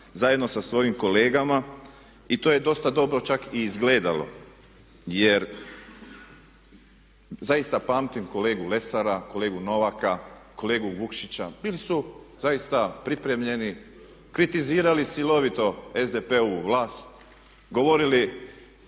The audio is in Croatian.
zajedno sa svojim kolegama i to je dosta dobro čak i izgledalo. Jer zaista pamtim kolegu Lesara, kolegu Novaka, kolegu Vukšića bili su zaista pripremljeni, kritizirali silovito SDP-ovu vlast, govorili